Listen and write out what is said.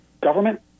government